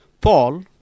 Paul